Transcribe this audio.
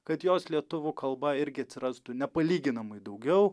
kad jos lietuvų kalba irgi atsirastų nepalyginamai daugiau